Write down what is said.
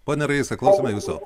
ponia reisa klausome jūsų